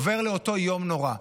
עובר לאותו יום נורא.